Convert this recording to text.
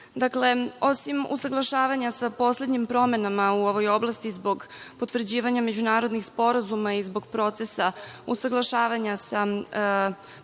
osim usaglašavanja sa poslednjim promenama u ovoj oblasti zbog potvrđivanja međunarodnih sporazuma i zbog procesa usaglašavanja sa